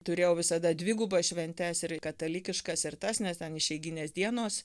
turėjau visada dvigubas šventes ir katalikiškas ir tas nes ten išeiginės dienos